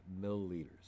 milliliters